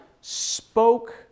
spoke